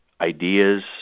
ideas